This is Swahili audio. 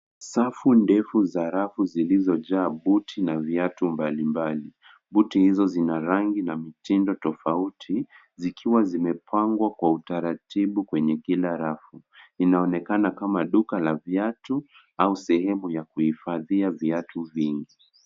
Safu ndefu za rafu zilizojaa buti na viatu mbalimbali. Buti hizo zina rangi na mitindo tofauti, zikiwa zimepangwa kwa utaratibu kwenye kila rafu. Inaonekana kama duka la viatu au sehemu ya kuhifadhia viatu vingi.